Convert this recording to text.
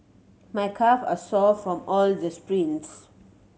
my calve are sore from all the sprints